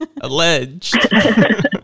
Alleged